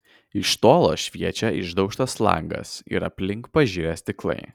iš tolo šviečia išdaužtas langas ir aplink pažirę stiklai